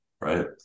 right